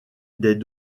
des